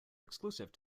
exclusive